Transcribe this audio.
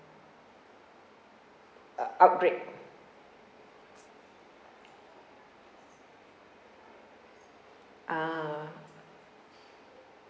uh upgrade ah